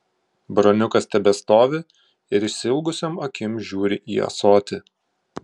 broniukas tebestovi ir išsiilgusiom akim žiūri į ąsotį